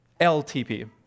LTP